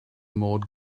modd